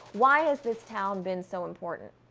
why has this town been so important?